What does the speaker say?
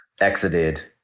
exited